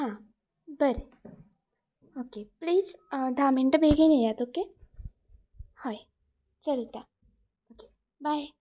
आ बरें okay please धा मिण्टां बेगीन येयात ओके हय चलता ओके बाय